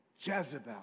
Jezebel